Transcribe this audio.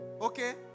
Okay